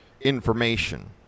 information